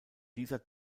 dieser